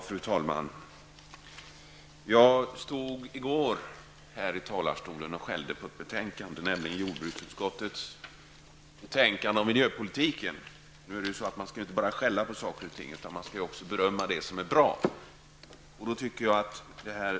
Fru talman! Jag stod i går här i talarstolen och skällde på ett betänkande, nämligen jordbruksutskottets betänkande om miljöpolitiken. Nu skall man ju inte bara skälla på saker och ting, utan man skall också berömma det som är bra.